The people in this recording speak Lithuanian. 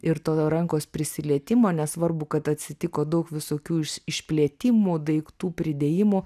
ir to rankos prisilietimo nesvarbu kad atsitiko daug visokių išplėtimų daiktų pridėjimų